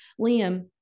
Liam